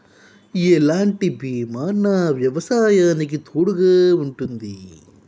ఎలాంటి బీమా నా వ్యవసాయానికి తోడుగా ఉంటుంది?